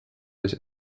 des